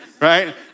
right